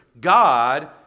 God